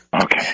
Okay